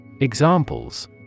Examples